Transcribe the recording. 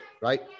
right